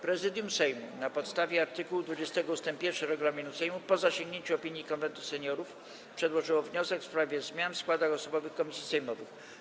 Prezydium Sejmu na podstawie art. 20 ust. 1 regulaminu Sejmu, po zasięgnięciu opinii Konwentu Seniorów, przedłożyło wniosek w sprawie zmian w składach osobowych komisji sejmowych.